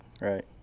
Right